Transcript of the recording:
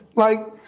like